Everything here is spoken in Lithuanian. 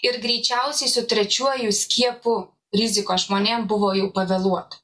ir greičiausiai su trečiuoju skiepu rizikos žmonėm buvo jau pavėluota